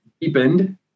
deepened